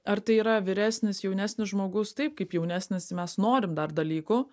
ar tai yra vyresnis jaunesnis žmogus taip kaip jaunesnis mes norim dar dalykų